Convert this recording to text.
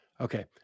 Okay